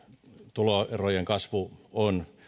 tuloerojen kasvu on